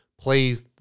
plays